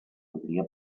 podria